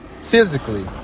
physically